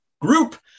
group